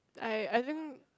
I I didn't